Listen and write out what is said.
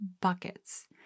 buckets